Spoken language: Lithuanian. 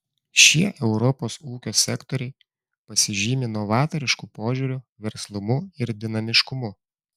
šie europos ūkio sektoriai pasižymi novatorišku požiūriu verslumu ir dinamiškumu